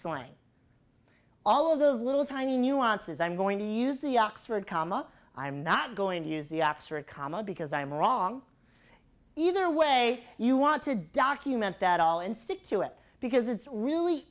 slang all those little tiny nuances i'm going to use the oxford comma i'm not going to use the oxford comma because i'm wrong either way you want to document that all and stick to it because it's really